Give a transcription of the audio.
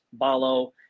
Balo